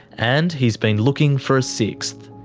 and he's been looking for a sixth.